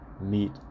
meet